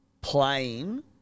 Playing